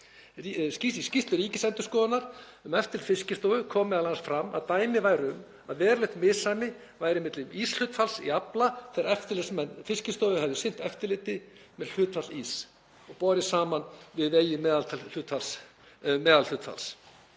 Í skýrslu Ríkisendurskoðunar um eftirlit Fiskistofu kom m.a. fram að dæmi væru um að verulegt misræmi væri milli íshlutfalls í afla þegar eftirlitsmenn Fiskistofu hefðu sinnt eftirliti með hlutfalli íss og borið saman við vegið meðalhlutfall.